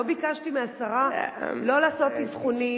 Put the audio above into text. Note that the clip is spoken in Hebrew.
לא ביקשתי מהשרה לא לעשות אבחונים,